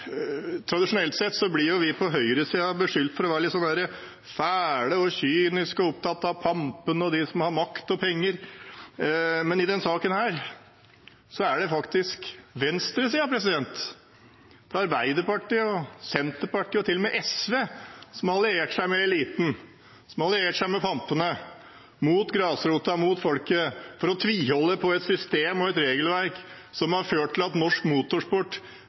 tradisjonelt sett blir vi på høyresiden beskyldt for å være litt sånn fæle og kyniske og opptatt av pampene og de som har makt og penger, men i denne saken er det faktisk venstresiden, med Arbeiderpartiet, Senterpartiet og til og med SV, som har alliert seg med eliten. De har alliert seg med pampene, mot grasrota, mot folket, for å tviholde på et system og et regelverk som har ført til at norsk motorsport